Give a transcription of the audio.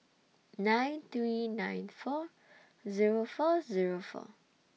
nine three nine four Zero four Zero four